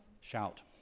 Shout